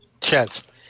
chest